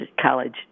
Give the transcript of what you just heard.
College